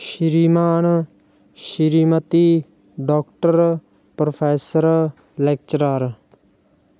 ਸ਼੍ਰੀਮਾਨ ਸ਼੍ਰੀਮਤੀ doctor professor lecturer